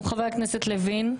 חבר הכנסת לוין,